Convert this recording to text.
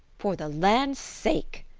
for the land's sake!